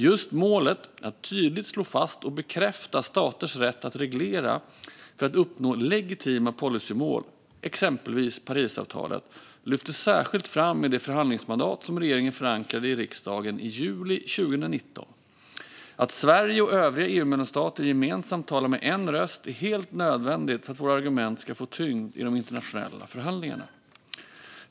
Just målet att tydligt slå fast och bekräfta staters rätt att reglera för att uppnå legitima policymål, exempelvis Parisavtalet, lyftes särskilt fram i det förhandlingsmandat som regeringen förankrade i riksdagen i juli 2019. Att Sverige och övriga EU-medlemsstater gemensamt talar med en röst är helt nödvändigt för att våra argument ska få tyngd i de internationella förhandlingarna.